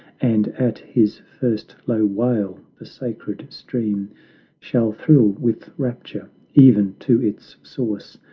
and at his first low wail the sacred stream shall thrill with rapture even to its source,